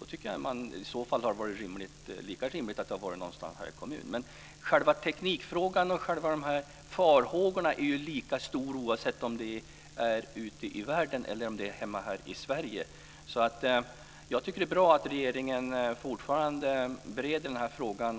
tycker jag att det hade varit lika rimligt att göra det i någon kommun. Men själva teknikfrågan och själva farhågorna är lika stora oavsett om det sker ute i världen eller hemma i Sverige. Jag tycker att det är bra att regeringen fortfarande bereder den här frågan.